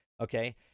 okay